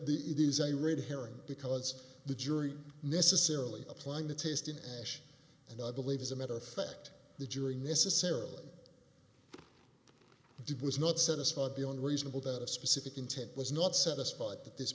it is a red herring because the jury necessarily applying the taste in ash and i believe as a matter of fact the jury necessarily did was not satisfied beyond reasonable doubt a specific intent was not satisfied that this